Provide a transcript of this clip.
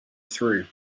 through